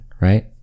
right